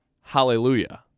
Hallelujah